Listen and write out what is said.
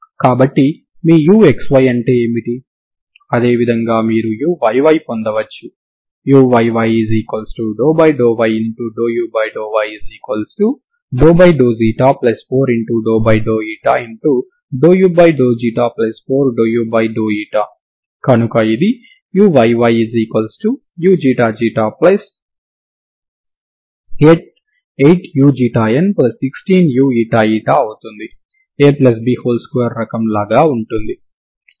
కాబట్టి మీ uxy అంటే ఏమిటి అదే విధంగా మీరు uyy పొందవచ్చు uyy∂y∂u∂y4∂u4∂u కనుక ఇది uyyuξ ξ 8uξ η16uηηఅవుతుంది AB2 రకం లాగా ఉంటుంది